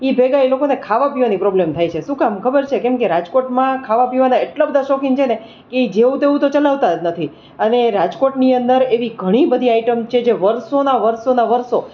એ ભેગા એ લોકોને ખાવાપીવા પ્રોબ્લ્મ થાય છે શું કામ ખબર છે કેમકે રાજકોટમાં ખાવા પીવાના એટલા બધા શોખીન છેને કે એ જેવું તેવું તો ચલાવતા જ નથી અને એ રાજકોટની અંદર એવી ઘણી બધી આઈટમ છે જે વર્ષોના વર્ષોના વર્ષો